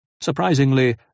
Surprisingly